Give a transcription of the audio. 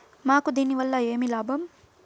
మాకు దీనివల్ల ఏమి లాభం